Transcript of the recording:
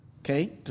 Okay